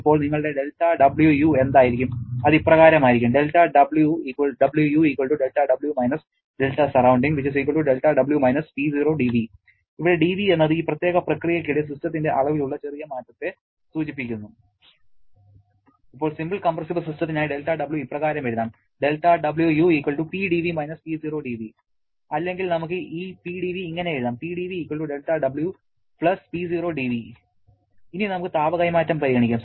ഇപ്പോൾ നിങ്ങളുടെ δWu എന്തായിരിക്കും അത് ഇപ്രകാരമായിരിക്കും δWu δW - δWsurr δW - P0dV ഇവിടെ dV എന്നത് ഈ പ്രത്യേക പ്രക്രിയയ്ക്കിടെ സിസ്റ്റത്തിന്റെ അളവിലുള്ള ചെറിയ മാറ്റത്തെ സൂചിപ്പിക്കുന്നു ഇപ്പോൾ സിംപിൾ കംപ്രസ്സബിൾ സിസ്റ്റത്തിനായി δW ഇപ്രകാരം എഴുതാം δWu PdV - P0dV അല്ലെങ്കിൽ നമുക്ക് ഈ PdV ഇങ്ങനെ എഴുതാം PdV δWu P0dV ഇനി നമുക്ക് താപ കൈമാറ്റം പരിഗണിക്കാം